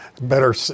better